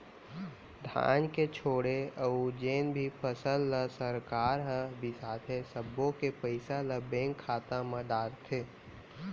धान के छोड़े अउ जेन भी फसल ल सरकार ह बिसाथे सब्बो के पइसा ल बेंक खाता म डारथे